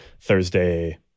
Thursday